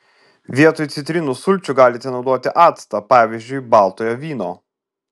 vietoj citrinų sulčių galite naudoti actą pavyzdžiui baltojo vyno